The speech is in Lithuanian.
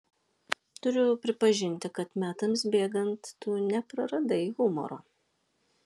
turiu pripažinti kad metams bėgant tu nepraradai humoro